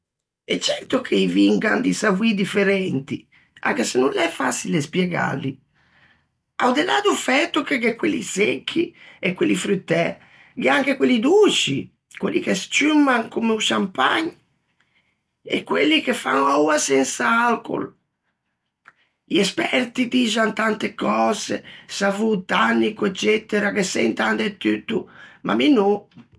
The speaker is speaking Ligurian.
E certo che i vin gh'an di savoî differenti, anche se no l'é façile spiegâli. A-o de là do fæto che gh'é quelli secchi e quelli fruttæ, gh'é anche quelli dôsci, quelli che scciumman comme o champagne, e quelli che fan oua sensa alcol. I esperti dixan tante cöse, savô tannico, eccetera, ghe sentan de tutto, ma mi no.